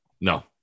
No